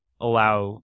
allow